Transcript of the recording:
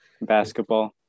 Basketball